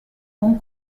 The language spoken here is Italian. con